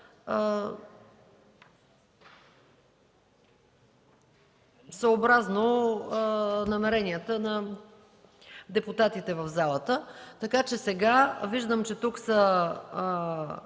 съобразно намеренията на депутатите в залата. Виждам, че тук са